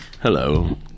Hello